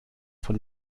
von